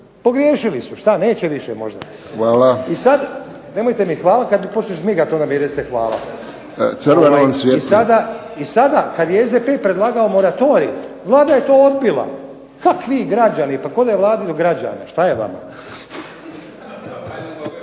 pogriješili su šta neće više možda. I, nemojte mi hvala, kada počne žmigati onda mi recite hvala. I sada kada je SDP predlagao moratorij Vlada je to odbila, kakvi građani, kao da je Vladi do građana, šta je vama.